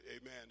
amen